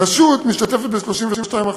הרשות משתתפת ב-32%.